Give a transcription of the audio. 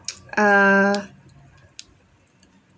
uh